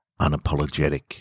unapologetic